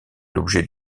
l’objet